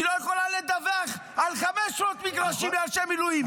היא לא יכולה לדווח על 500 מגרשים לאנשי המילואים.